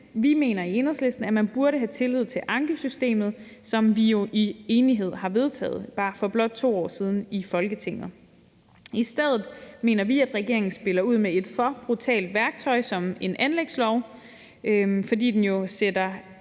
vi mener i Enhedslisten, at man burde have tillid til ankesystemet, som vi jo i enighed har vedtaget for bare blot 2 år siden i Folketinget. Vi mener, at regeringen med en anlægslov i stedet spiller ud med et for brutalt værktøj, fordi den jo sætter